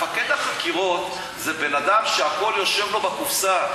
מפקד החקירות זה בן-אדם שהכול יושב לו בקופסה.